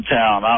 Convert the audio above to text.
town